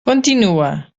continua